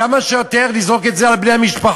כמה שיותר לזרוק את זה על בני המשפחה,